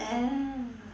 oh